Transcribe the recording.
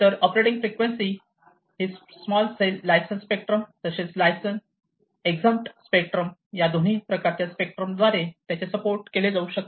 तर operating frequency ही small cell license spectrum तसेच लायसन्स एक्सएम्प्ट स्पेक्ट्रम या दोन्ही प्रकारच्या स्पेक्ट्रम द्वारे त्याचे सपोर्ट केले जाऊ शकते